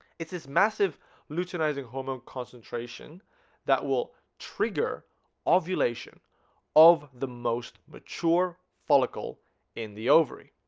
it's this massive luteinizing hormone concentration that will trigger ovulation of the most mature follicle in the ovary